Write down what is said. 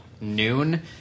noon